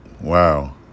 Wow